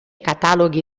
cataloghi